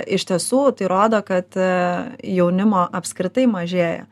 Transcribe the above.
iš tiesų tai rodo kad jaunimo apskritai mažėja